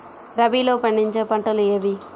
రబీలో పండించే పంటలు ఏవి?